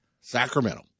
Sacramento